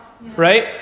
Right